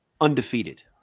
undefeated